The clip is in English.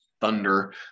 Thunder